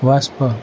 Vespa